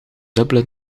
dubbele